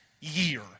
year